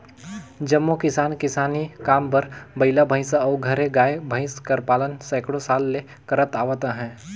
जम्मो किसान किसानी काम बर बइला, भंइसा अउ घरे गाय, भंइस कर पालन सैकड़ों साल ले करत आवत अहें